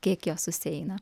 kiek jos susieina